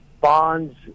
bonds